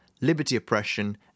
liberty-oppression